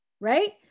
right